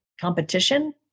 competition